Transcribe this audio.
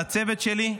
לצוות שלי,